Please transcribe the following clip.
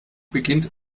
beginnt